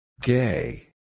Gay